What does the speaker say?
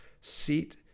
seat